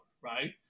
right